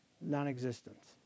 non-existence